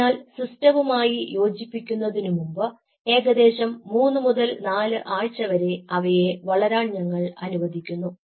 അതിനാൽ സിസ്റ്റവുമായി യോജിപ്പിക്കുന്നതിനുമുമ്പ് ഏകദേശം 3 മുതൽ 4 ആഴ്ച വരെ അവയെ വളരാൻ ഞങ്ങൾ അനുവദിക്കുന്നു